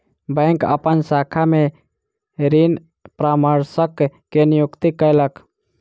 bank अपन शाखा में ऋण परामर्शक के नियुक्ति कयलक